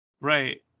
Right